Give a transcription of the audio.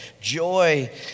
joy